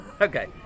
okay